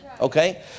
Okay